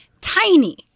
tiny